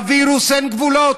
לווירוס אין גבולות.